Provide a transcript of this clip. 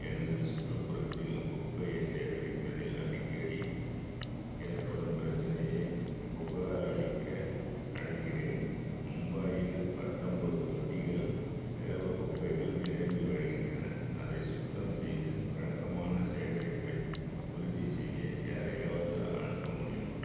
எனது சுற்றுப்புறத்தில் குப்பையை சேகரிப்பதில் அடிக்கடி ஏற்படும் பிரச்சனையை புகார் அளிக்க அழைக்கிறேன் மும்பையில் பத்தன்போது தொட்டிகள் திரவ குப்பைகள் நிரம்பி வழிகின்றன அதை சுத்தம் செய்து வழக்கமான சேகரிப்பை உறுதி செய்ய யாரையாவது அனுப்ப முடியுமா